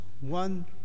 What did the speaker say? one